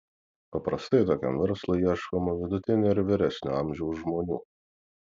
paprastai tokiam verslui ieškoma vidutinio ir vyresnio amžiaus žmonių